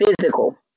physical